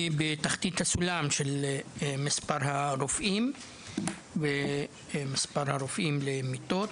בתחתית הסולם של מספר הרופאים ביחס למיטות.